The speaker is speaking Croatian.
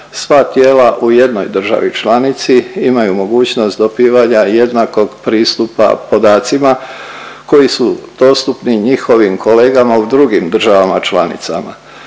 sva tijela u jednoj državi članici imaju mogućnost dobivanja jednakog pristupa podacima koji su dostupni njihovim kolegama u drugim državama članicama.